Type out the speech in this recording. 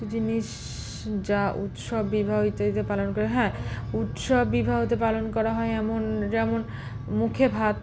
কিছু জিনিস যা উৎসব বিবাহতে পালন করা হয় হ্যাঁ উৎসব বিবাহতে পালন করা হয় এমন যেমন মুখে ভাত